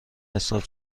حساب